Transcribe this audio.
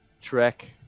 trek